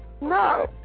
No